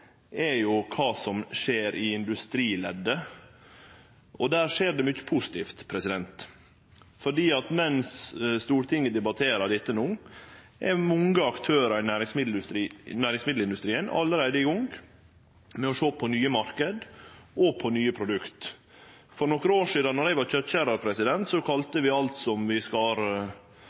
er kva som skjer i industrileddet. Og der skjer det mykje positivt. Mens Stortinget debatterer dette no, er mange aktørar i næringsmiddelindustrien allereie i gang med å sjå på nye marknader og på nye produkt. For nokre år sidan, då eg var kjøtskjerar, kalla vi alt som vi skar